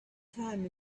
time